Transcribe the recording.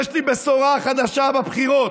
יש לי בשורה חדשה בבחירות.